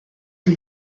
que